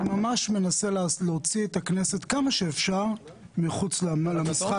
אני ממש מנסה להוציא את הכנסת כמה שאפשר מחוץ למשחק.